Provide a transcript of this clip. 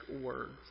words